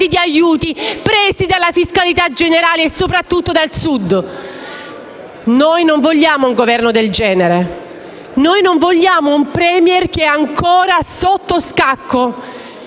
di aiuti presi dalla fiscalità generale, ma soprattutto dal Sud. Noi non vogliamo un Governo del genere, non vogliamo un *Premier* che, ancora sotto scacco